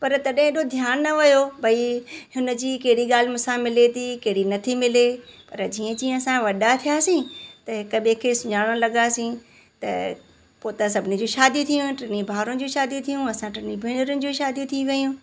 पर तॾहिं एॾो ध्यानु न वियो भई हुन जी कहिड़ी ॻाल्हि मूंसां मिले थी कहिड़ी नथी मिले पर जीअं जीअं असां वॾा थियासीं त हिक ॿिए खे सुञारणु लॻासीं त पोइ त सभिनी जी शादी थी वियूं टिनी भावरुनि जी शादी थियूं असां टिनी भेनरुनि जूं शादी थी वियूं